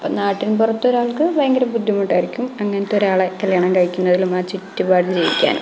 അപ്പോൾ നാട്ടിന് പുറത്തെ ഒരാള്ക്ക് ഭയങ്കര ബുദ്ധിമുട്ടായിരിക്കും അങ്ങനത്തെ ഒരാളെ കല്യാണം കഴിക്കുന്നതിലും ആ ചുറ്റുപാടിൽ ജീവിക്കാനും